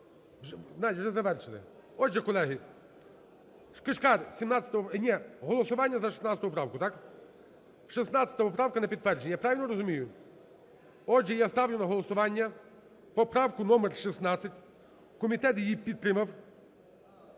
вже завершили. Отже, колеги, Кишкар, 17-а... Ні, голосування за 16 правку, так? 16 поправка на підтвердження. Я правильно розумію? Отже, я ставлю на голосування поправку номер 16, комітет її підтримав.